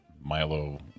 Milo